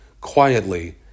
quietly